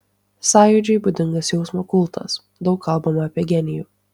sąjūdžiui būdingas jausmo kultas daug kalbama apie genijų